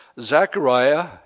Zechariah